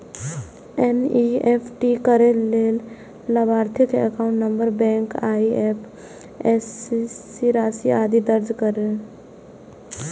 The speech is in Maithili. एन.ई.एफ.टी करै लेल लाभार्थी के एकाउंट नंबर, बैंक, आईएपएससी, राशि, आदि दर्ज करू